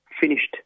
finished